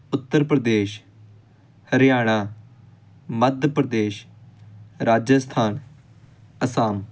Uttar Pradesh Haryana Madhya Pradesh Rajasthan Assam